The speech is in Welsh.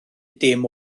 dim